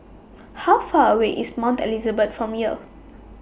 How Far away IS Mount Elizabeth from here